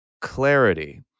clarity